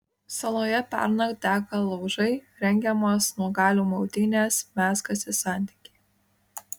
saloje pernakt dega laužai rengiamos nuogalių maudynės mezgasi santykiai